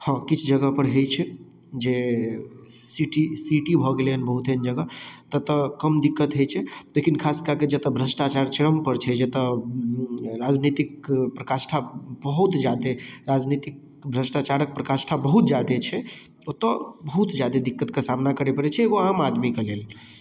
हँ किछु जगह पर होइ छै जे सिटी सिटी भऽ गेलै बहुत एहन जगह ततय कम दिक्कत होइ छै लेकिन खास कए कऽ जतय भ्रष्टाचार चरम पर छै जतय राजनीतिक प्रकाष्ठा बहुत जादे राजनीतिक भ्रष्टाचारके प्रकाष्ठा बहुत जादे छै ओतय बहुत जादे दिक्कत के सामना करय परै छै एगो आम आदमी के लेल